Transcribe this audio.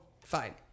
fine